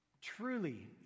Truly